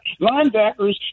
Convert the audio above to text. linebackers